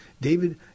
David